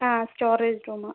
ആ store room